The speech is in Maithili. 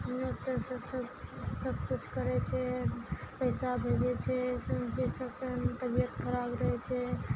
डॉक्टर सब किछु करै छै पैसा भेजै छै जैसे तबियत खराब रहै छै